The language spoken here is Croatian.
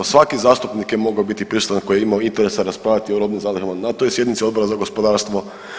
Svaki zastupnik je mogao biti prisutan koji je imao interesa raspravljati o robnim zalihama na toj sjednici Odbora za gospodarstvo.